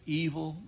evil